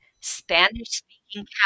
Spanish-speaking